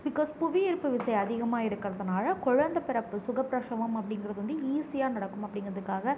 because புவி ஈர்ப்பு விசை அதிகமாக இருக்கறதுனால குழந்த பிறப்பு சுகப்பிரசவம் அப்படிங்கிறது வந்து ஈஸியாக நடக்கும் அப்படிங்கிறதுக்காக